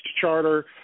charter